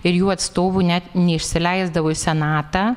ir jų atstovų net neįsileisdavo į senatą